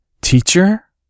Teacher